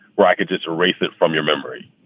racket's is a racist from your memory.